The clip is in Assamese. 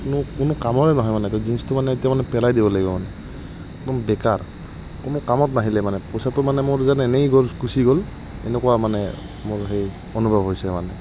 কোনো কোনো কামৰে নহয় মানে জিন্চটো মানে এতিয়া মানে পেলাই দিব লাগিব মানে একদম বেকাৰ কোনো কামত নাহিলে মানে পইচাটো মানে মোৰ যেন এনেই গ'ল গুচি গ'ল এনেকুৱা মানে মোৰ সেই অনুভৱ হৈছে মানে